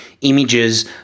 images